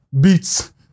beats